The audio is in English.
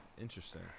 Interesting